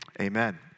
Amen